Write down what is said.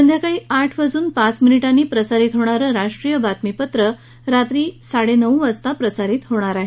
संध्याकाळी आठ वाजून पाच मिनिटांनी प्रसारित होणारं राष्ट्रीय बातमीपत्र रात्री साडे नऊ वाजता प्रसारित होईल